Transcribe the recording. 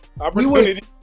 opportunity